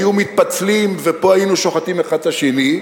היו מתפצלים ופה היינו שוחטים אחד את השני,